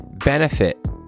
benefit